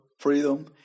freedom